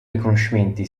riconoscimenti